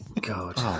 God